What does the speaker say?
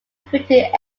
printed